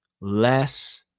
less